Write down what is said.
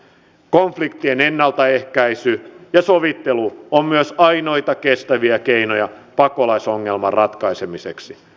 konfliktien ennaltaehkäisy ja sovittelu ovat myös ainoita kestäviä keinoja pakolaisongelman ratkaisemiseksi